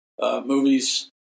movies